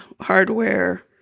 hardware